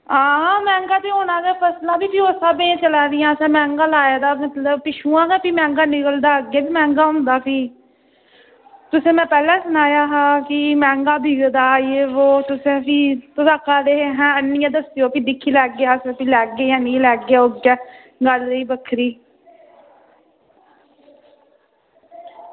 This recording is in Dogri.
हां मैंह्गा ते होना गै फसलां बी फ्ही उस स्हाबै दियां चलै दियां ते मैंह्गा लाए दा जिसलै पिच्छुआं गै बी मैंह्गा निकलदा अग्गें बी मैंह्गा होंदा फ्ही तुसें में पैह्लें सनाया हा कि मैंह्गा बिकदा यह वो तुसें फ्ही तुस आखै दे हे अहें आह्नियै दस्सेओ फ्ही दिक्खी लैगे अस उसी लैगे जां नेईं लैगे ओह् अग्गै गल्ल रेही बक्खरी